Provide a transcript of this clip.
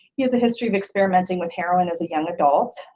he has a history of experimenting with heroin as a young adult.